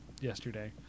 yesterday